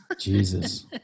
jesus